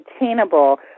attainable